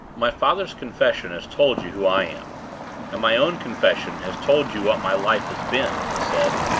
my father's confession has told you who i am and my own confession has told you what my life has been, he said,